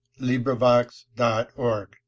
LibriVox.org